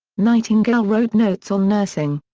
nightingale wrote notes on nursing.